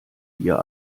ihr